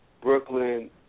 Brooklyn